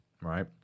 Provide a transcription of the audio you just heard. right